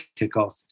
kickoff